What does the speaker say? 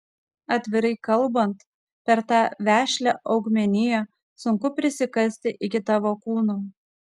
atvirai kalbant per tą vešlią augmeniją sunku prisikasti iki tavo kūno